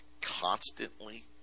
constantly